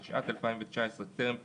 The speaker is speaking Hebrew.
התשע"ט 2019, טרם פקיעתו,